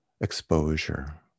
exposure